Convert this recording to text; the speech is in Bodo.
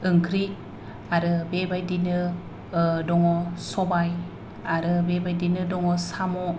ओंख्रि आरो बेबायदिनो दङ सबाय आरो बेबादिनो दङ साम'